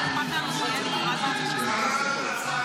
שמע, לא ראיתי כזה דבר.